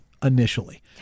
Initially